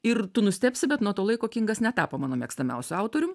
ir tu nustebsi bet nuo to laiko kingas netapo mano mėgstamiausiu autorium